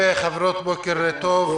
מתכבד לפתוח את הדיון.